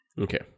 Okay